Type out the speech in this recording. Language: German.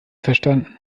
verstanden